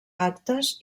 actes